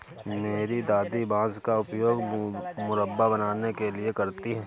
मेरी दादी बांस का उपयोग मुरब्बा बनाने के लिए करती हैं